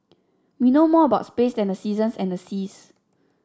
we know more about space than the seasons and the seas